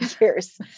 years